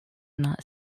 not